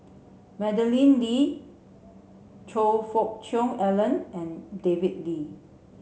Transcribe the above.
Madeleine Lee Choe Fook Cheong Alan and David Lee